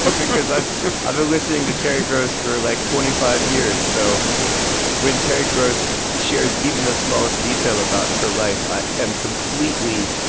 ah because i've been listening to terry gross for like twenty five years. so when terry gross shares even the smallest detail about her life, i am completely,